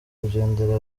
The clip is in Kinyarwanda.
kugendera